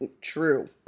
True